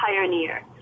pioneer